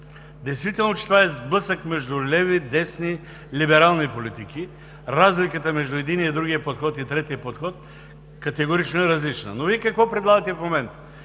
Действително, че това е сблъсък между леви и десни либерални политики. Разликата между единия, другия и третия подход категорично е различна. Какво предлагате Вие в момента?